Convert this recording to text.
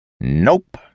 Nope